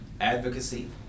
Advocacy